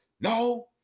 No